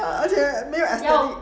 而且没有 aesthetic